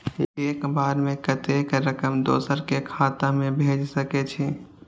एक बार में कतेक रकम दोसर के खाता में भेज सकेछी?